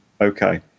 okay